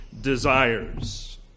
desires